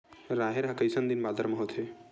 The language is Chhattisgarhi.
राहेर ह कइसन दिन बादर म होथे?